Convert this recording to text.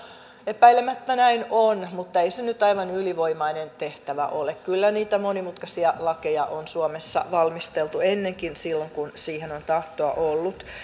epäilemättä näin on mutta ei se nyt aivan ylivoimainen tehtävä ole kyllä niitä monimutkaisia lakeja on suomessa valmisteltu ennenkin silloin kun siihen on tahtoa ollut